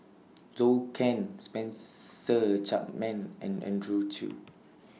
Zhou Can Spencer Chapman and Andrew Chew